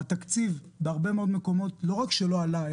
התקציב בהרבה מאוד מקומות לא רק שלא עלה,